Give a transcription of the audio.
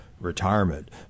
retirement